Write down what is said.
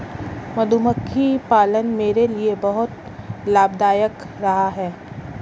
मधुमक्खी पालन मेरे लिए बहुत लाभदायक रहा है